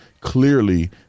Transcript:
clearly